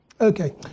Okay